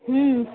ہوں